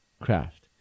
craft